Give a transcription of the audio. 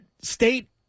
State